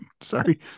Sorry